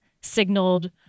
signaled